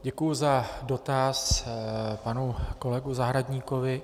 Děkuji za dotaz panu kolegu Zahradníkovi.